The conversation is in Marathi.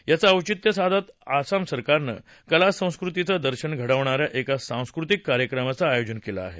याचं औषित्य साधत आसाम सरकारनं कला संस्कृतीचं दर्शन घडवणाऱ्या एका सांस्कृतिक कार्यक्रमाचं आयोजन केलं आहे